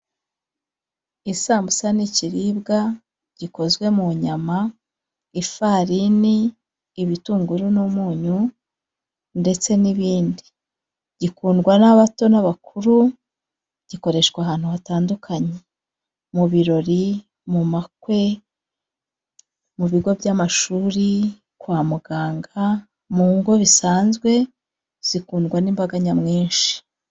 Isambusa ni ikiribwa, gikozwe mu nyama, ifarini, ibitunguru n'umunyu, ndetse n'ibindi, gikundwa n'abato n'abakuru, gikoreshwa ahantu hatandukanye: mu birori, mu makwe, mu bigo by'amashuri, kwa muganga, mu ngo bisanzwe zikundwa n'imbaga nyamwinshi.